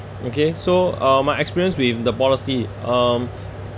okay so uh my experience with the policy um